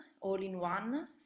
all-in-one